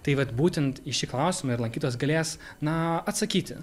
tai vat būtent į šį klausimą ir lankytojas galės na atsakyti